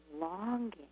longing